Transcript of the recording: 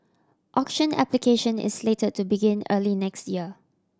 auction application is slate to begin early next year